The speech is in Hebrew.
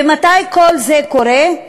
ומתי כל זה קורה?